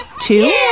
two